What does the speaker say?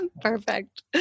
Perfect